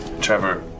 Trevor